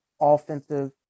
offensive